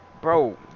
bro